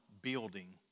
building